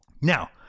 Now